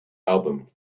album